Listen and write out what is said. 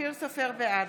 בעד